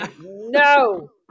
no